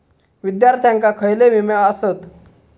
विद्यार्थ्यांका खयले विमे आसत?